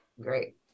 Great